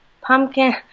pumpkin